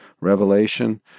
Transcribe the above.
revelation